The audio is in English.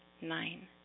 nine